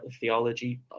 theology